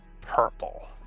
Purple